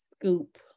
scoop